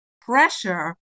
pressure